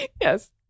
Yes